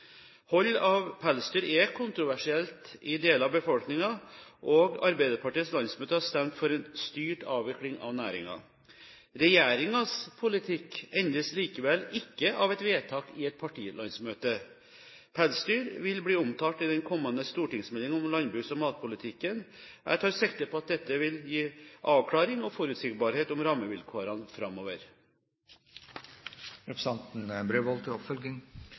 Hold av pelsdyr er kontroversielt i deler av befolkningen, og Arbeiderpartiets landsmøte har stemt for en styrt avvikling av næringen. Regjeringens politikk endres likevel ikke av et vedtak på et partilandsmøte. Pelsdyr vil bli omtalt i den kommende stortingsmeldingen om landbruks- og matpolitikken. Jeg tar sikte på at dette vil gi avklaring og forutsigbarhet om rammevilkårene framover.